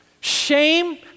Shame